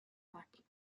party